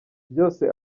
byose